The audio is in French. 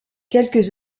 quelques